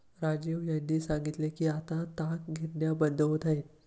राजीव यांनी सांगितले की आता ताग गिरण्या बंद होत आहेत